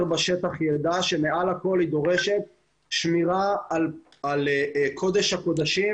בשטח ידע שמעל הכול היא דורשת שמירה על קודש הקודשים